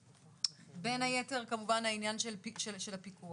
בין היתר כמובן העניין של הפיקוח.